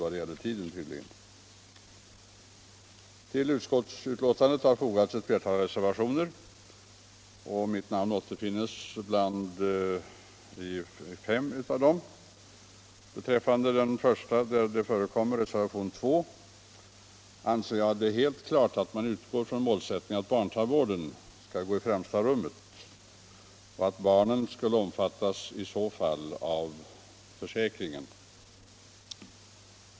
Vid betänkandet har fogats ett flertal reservationer, och mitt namn finns med på fem av dem. I reservationen 2 anser jag det helt klart att man bör utgå från målsättningen att barntandvården skall komma i främsta rummet och att barnen skall omfattas av försäkringen.